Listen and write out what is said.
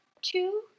two